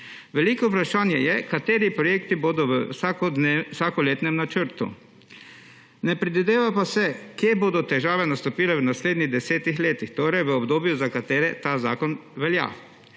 Veliko vprašanje je, kateri projekti bodo v vsakoletnem načrtu. Ne predvideva pa se, kje bodo težave nastopile v naslednjih desetih letih, torej v obdobju, za katerega ta zakon velja.